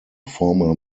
former